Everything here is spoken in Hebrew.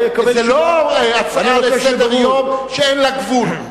זה לא הצעה לסדר-יום שאין לה גבול.